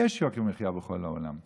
יש יוקר מחיה בכל העולם,